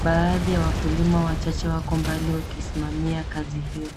Baadhi ya wakulima wachache wako mbali wakisimamia kazi hiyo.